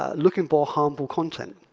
um looking for harmful content.